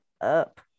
up